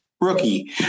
Rookie